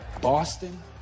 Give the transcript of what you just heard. Boston